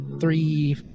three